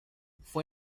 fue